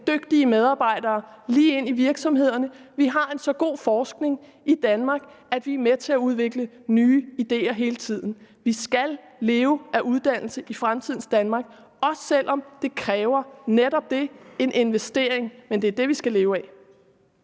dygtige medarbejdere lige ind i virksomhederne. Vi har en så god forskning i Danmark, at vi er med til at udvikle nye ideer hele tiden. Vi skal leve af uddannelse i fremtidens Danmark, også selv om det kræver netop en investering, men det er det, vi skal leve af.